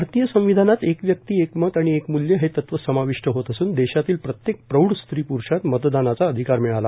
भारतीय संविधानात एक व्यक्ती एक मत आणि एक मूल्य हे तत्व समाविष्ट होत असून देशातील प्रत्येक प्रौढ स्त्री प्रुषास मतदानाचा अधिकार मिळाला